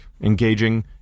engaging